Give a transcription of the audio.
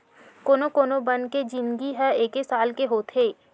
कोनो कोनो बन के जिनगी ह एके साल के होथे